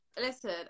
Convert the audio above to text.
listen